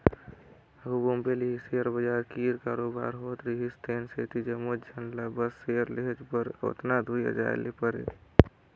आघु बॉम्बे ले ही सेयर बजार कीर कारोबार होत रिहिस तेन सेती जम्मोच झन ल बस सेयर लेहेच बर ओतना दुरिहां जाए ले परे